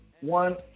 one